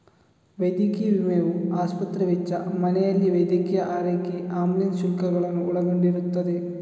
ವೈದ್ಯಕೀಯ ವಿಮೆಯು ಆಸ್ಪತ್ರೆ ವೆಚ್ಚ, ಮನೆಯಲ್ಲಿ ವೈದ್ಯಕೀಯ ಆರೈಕೆ ಆಂಬ್ಯುಲೆನ್ಸ್ ಶುಲ್ಕಗಳನ್ನು ಒಳಗೊಂಡಿರುತ್ತದೆ